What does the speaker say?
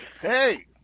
Hey